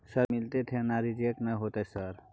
Sir मिलते थे ना रिजेक्ट नय होतय सर?